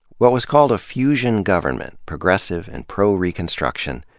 what was called a fusion government, progressive and pro-reconstruction,